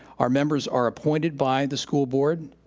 our members are appointed by the school board,